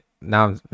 Now